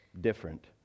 different